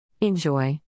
Enjoy